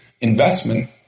investment